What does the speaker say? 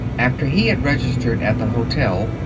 after he had registered at the hotel,